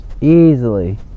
easily